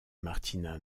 martina